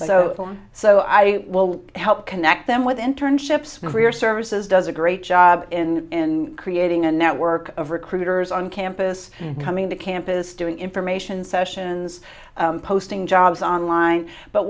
on so i will help connect them with internships and we're services does a great job in creating a network of recruiters on campus coming to campus doing information sessions posting jobs online but